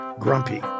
grumpy